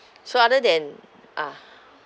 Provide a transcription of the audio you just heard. so other than ah